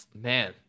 man